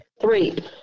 Three